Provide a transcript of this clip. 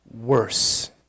worse